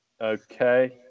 Okay